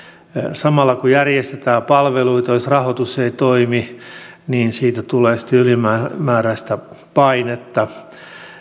samalla kun järjestetään palveluita jos rahoitus ei toimi siitä tulee sitten ylimääräistä painetta